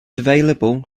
available